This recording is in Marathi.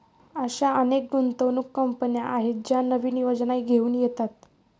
अशा अनेक गुंतवणूक कंपन्या आहेत ज्या नवीन योजना घेऊन येतात